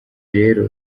rero